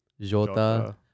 Jota